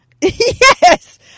Yes